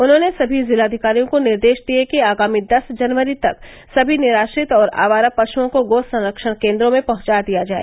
उन्होंने सभी जिलाधिकारियों को निर्देश दिए कि आगामी दस जनवरी तक सभी निराश्रित और आवारा प्रग्नओं को गो संरक्षण केन्द्रों में पहुंचा दिया जाए